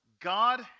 God